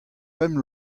pemp